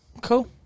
Cool